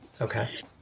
Okay